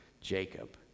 Jacob